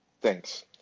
Thanks